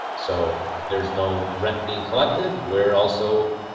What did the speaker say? so there's no rent being collected. we're also,